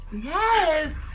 Yes